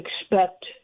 expect